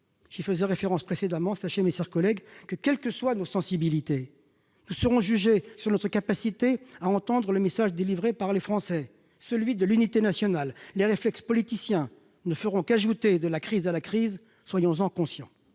j'y faisais référence précédemment. Sachez, mes chers collègues, que, quelles que soient nos sensibilités, nous serons jugés sur notre capacité à entendre le message délivré par les Français, celui de l'unité nationale. Les réflexes politiciens ne feront qu'ajouter de la crise à la crise, soyons-en conscients.